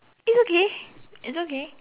it's okay it's okay